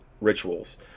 rituals